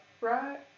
right